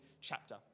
chapter